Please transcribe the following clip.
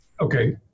okay